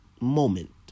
moment